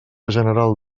general